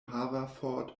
haverford